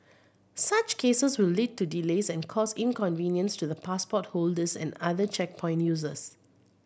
such cases will lead to delays and cause inconvenience to the passport holders and other checkpoint users